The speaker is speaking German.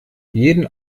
jeden